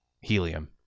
helium